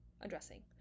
addressing